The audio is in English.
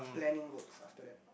planning works after that